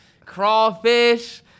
Crawfish